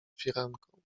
firanką